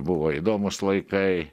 buvo įdomūs laikai